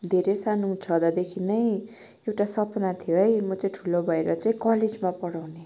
धेरै सानो छँदादेखिनै एउटा सपना थियो है म चाहिँ ठुलो भएर चाहिँ कलेजमा पढाउँने